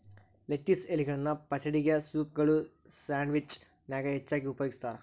lettuce ಎಲಿಗಳನ್ನ ಪಚಡಿಗೆ, ಸೂಪ್ಗಳು, ಸ್ಯಾಂಡ್ವಿಚ್ ನ್ಯಾಗ ಹೆಚ್ಚಾಗಿ ಉಪಯೋಗಸ್ತಾರ